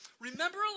remember